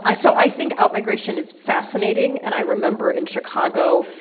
i so i think outmigration is fascinating and i remember, in chicago,